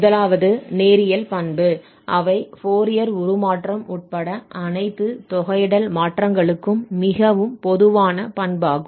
முதலாவது நேரியல் பண்பு அவை ஃபோரியர் உருமாற்றம் உட்பட அனைத்து தொகையிடல் மாற்றங்களுக்கும் மிகவும் பொதுவான பண்பாகும்